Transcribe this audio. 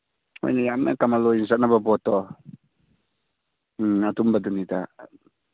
ꯍꯣꯏꯅꯦ ꯌꯥꯝꯅ ꯀꯃꯜ ꯑꯣꯏꯅ ꯆꯠꯅꯕ ꯄꯣꯠꯇꯣ ꯎꯝ ꯑꯗꯨꯝꯕꯗꯅꯤꯗ